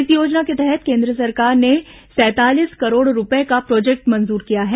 इस योजना के तहत केन्द्र सरकार ने तैंतालीस करोड़ रूपए का प्रोजेक्ट मंजूर किया है